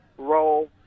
role